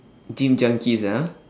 gym junkies ah